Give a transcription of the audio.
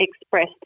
expressed